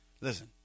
Listen